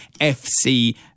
FC